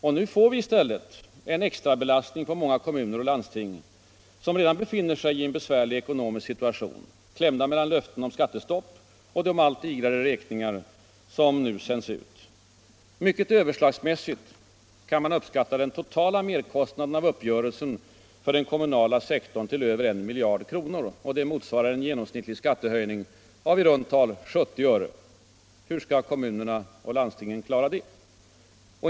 Men nu får vi i stället en extra belastning på många kommuner och landsting, som redan befinner sig i en besvärlig ekonomisk situation, klämda mellan löften om skattestopp och de allt dyrare räkningar som nu sänds ut. Mycket överslagsmässigt kan man uppskatta den totala merkostnaden av uppgörelsen för den kommunala sektorn till över 1 miljard kronor, och det motsvarar en genomsnittlig skattehöjning av i runt tal 70 öre. Hur skall kommunerna och landstingen klara det?